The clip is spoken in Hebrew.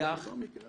--- זה לא המקרה.